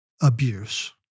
abuse